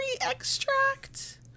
extract